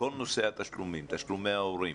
כל נושא התשלומים, תשלומי ההורים,